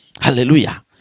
hallelujah